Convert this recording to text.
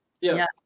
Yes